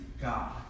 God